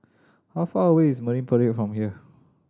how far away is Marine Parade from here